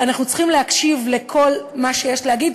אנחנו צריכים להקשיב לכל מה שיש להגיד,